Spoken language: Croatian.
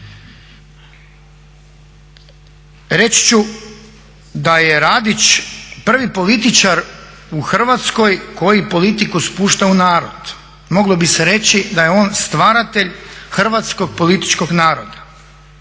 Reći ću da je Radić prvi političar u Hrvatskoj koji politiku spušta u narod. Moglo bi se reći da je on stvaratelj hrvatskog političkog naroda.